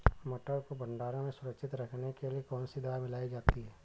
मटर को भंडारण में सुरक्षित रखने के लिए कौन सी दवा मिलाई जाती है?